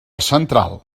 central